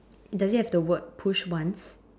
does it have the word push once